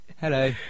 Hello